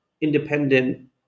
independent